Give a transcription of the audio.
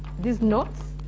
these knots,